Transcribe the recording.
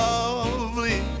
Lovely